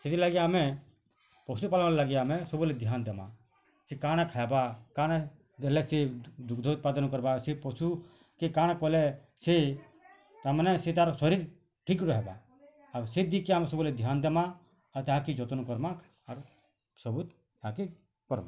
ସେଥିଲାଗି ଆମେ ପଶୁ ପାଲନ ଲାଗି ଆମେ ସବୁବେଲେ ଧ୍ୟାନ ଦେମା ସେ କାଣା ଖାଏବା କାଣା ଦେଲେ ସିଏ ଦୁଗ୍ଧ ଉତ୍ପାଦନ କର୍ବା ସେ ପଶୁ କେ କାଣା କଲେ ସେ ତା'ର୍ ମାନେ ସେ ତାର୍ ଶରୀର ଠିକ୍ ରହେବା ଆଉ ସେ ଦିଗ୍କେ ଆମେ ସବୁବେଲେ ଧ୍ୟାନ ଦେମା ଆଉ ତାହାକେ ଯତ୍ନ କର୍ମା ଆରୁ ସବୁ ତାହାକେ କର୍ମା